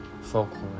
folklore